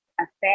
affect